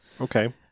Okay